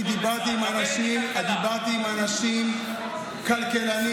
אני דיברתי עם אנשים, כלכלנים.